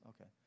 Okay